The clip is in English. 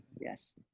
Yes